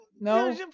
No